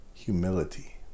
humility